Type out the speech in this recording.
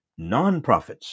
nonprofits